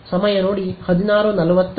ಸಮಯ ನೋಡಿ 1645